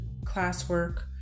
classwork